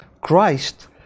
Christ